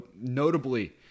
notably